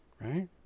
Right